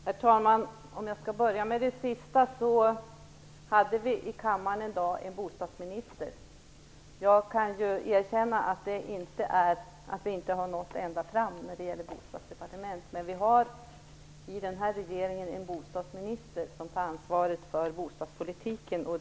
Herr talman! Om jag skall börja med det sista vill jag säga att vi i dag i kammaren hade en bostadsminister. Jag kan erkänna att vi inte har nått ända fram när det gäller ett bostadsdepartement, men vi har i denna regering en bostadsminister som tar ansvar för bostadspolitiken.